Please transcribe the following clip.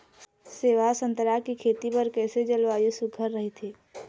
सेवा संतरा के खेती बर कइसे जलवायु सुघ्घर राईथे?